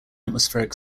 atmospheric